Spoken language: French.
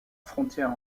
frontière